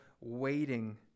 waiting